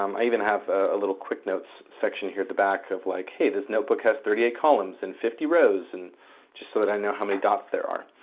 um i even have a little quick notes section here at the back, like hey this notebook has thirty eight columns and fifty rows and just so that i know how many dots there are.